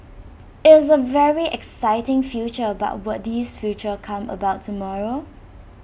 it's A very exciting future but will this future come about tomorrow